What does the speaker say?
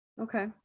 Okay